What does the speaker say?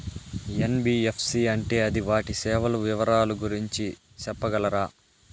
NBFC అంటే అది వాటి సేవలు వివరాలు గురించి సెప్పగలరా?